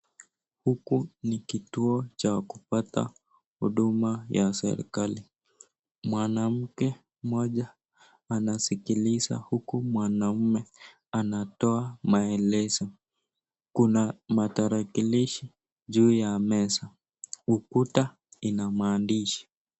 Huku ni kituo cha kupata huduma ya serikali. Mwanamke mmoja anasikiliza huku mwanamume anatoa maelezo. Kuna matarakilishi juu ya meza, ukuta ina maandishi.